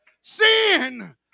sin